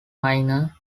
minor